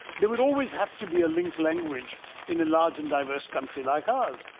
there would always have to be a link language in a large and diverse country like ours.